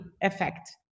effect